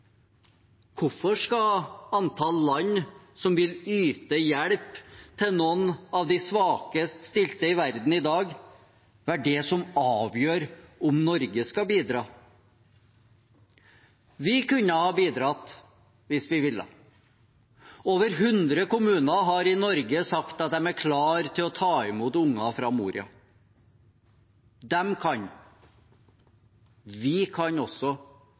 Hvorfor skal antall land som vil yte hjelp til noen av de svakest stilte i verden i dag, være det som avgjør om Norge skal bidra? Vi kunne ha bidratt hvis vi ville. Over 100 kommuner i Norge har sagt at de er klare til å ta imot barn fra Moria. De kan. Vi kan også